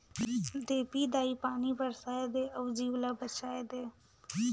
देपी दाई पानी बरसाए दे अउ जीव ल बचाए दे